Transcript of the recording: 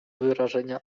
wyrażenia